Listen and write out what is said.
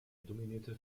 dominierte